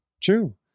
true